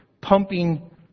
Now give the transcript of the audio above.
pumping